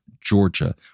Georgia